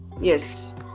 Yes